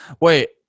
Wait